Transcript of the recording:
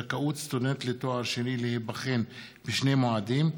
7) (זכאות סטודנט לתואר שני להיבחן בשני מועדים),